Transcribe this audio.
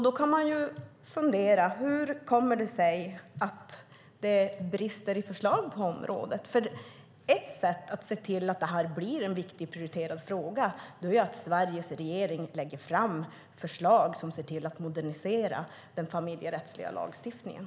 Då kan man fundera: Hur kommer det sig att det brister i förslag på området? Ett sätt att se till att det här blir en viktig och prioriterad fråga är att Sveriges regering lägger fram förslag som ser till att modernisera den familjerättsliga lagstiftningen.